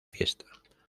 fiesta